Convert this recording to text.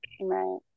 Right